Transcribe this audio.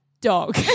dog